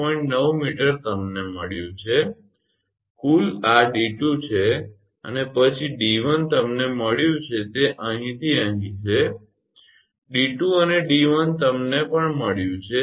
9 𝑚 તમને મળ્યું છે કુલ આ 𝑑2 છે અને પછી 𝑑1 તમને મળ્યું છે તે અહીંથી અહીં છે 𝑑2 અને 𝑑1 તમને પણ મળ્યું છે